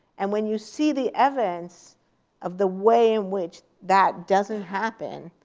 and when you see the evidence of the way in which that doesn't happen,